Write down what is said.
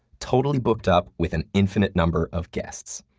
totally booked up with an infinite number of guests.